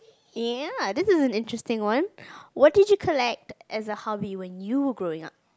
ya this is an interesting one what did you collect as a hobby when you were growing up